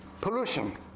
pollution